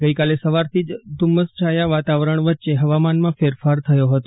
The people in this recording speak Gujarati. ગઈકાલે સવારથી જ ધુમ્મસછાયા વાતાવરણ વચ્ચે ફવામાનમાં ફેરફાર થયો ફતો